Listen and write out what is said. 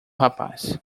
rapaz